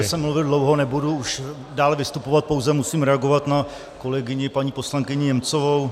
Protože jsem mluvil dlouho, nebudu už dále vystupovat, pouze musím reagovat na kolegyni paní poslankyni Němcovou.